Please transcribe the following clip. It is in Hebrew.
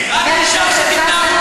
ביניכם.